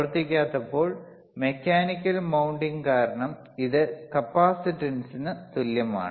പ്രവർത്തിക്കാത്തപ്പോൾ mechanical mounting കാരണം ഇത് കപ്പാസിറ്റൻസിന് തുല്യമാണ്